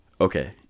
Okay